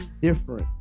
different